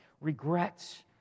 regrets